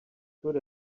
good